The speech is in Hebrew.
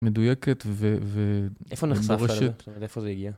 מדויקת ומפורשת. איפה נחשפת, מאיפה זה הגיע?